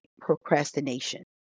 procrastination